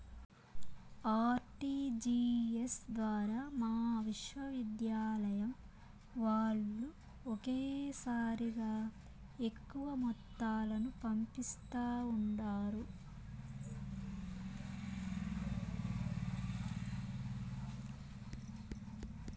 RTGS ద్వారా మా విశ్వవిద్యాలయం వాల్లు ఒకేసారిగా ఎక్కువ మొత్తాలను పంపిస్తా ఉండారు